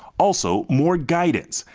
also more guidance.